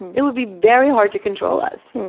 it would be very hard to control us